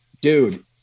dude